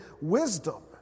wisdom